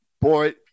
boy